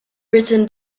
written